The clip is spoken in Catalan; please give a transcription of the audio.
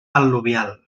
al·luvial